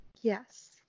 Yes